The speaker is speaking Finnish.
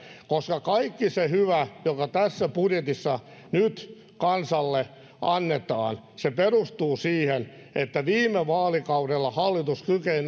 koska kaikki se hyvä joka tässä budjetissa nyt kansalle annetaan perustuu siihen että viime vaalikaudella hallitus kykeni